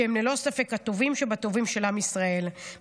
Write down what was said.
שהם ללא ספק הטובים שבטובים של עם ישראל,